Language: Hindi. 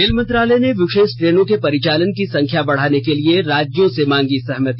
रेल मंत्रालय ने विशेष ट्रेनों के परिचालन की संख्या बढ़ाने के लिए राज्यों से मांगी सहमति